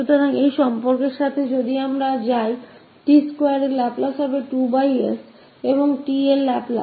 तो इस relation क साथ अगर हम यहाँ जाते है t2 का लाप्लास 2s होगा और t का लाप्लास